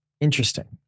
interesting